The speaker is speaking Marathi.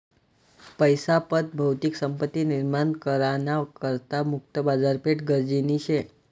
पैसा पत भौतिक संपत्ती निर्माण करा ना करता मुक्त बाजारपेठ गरजनी शे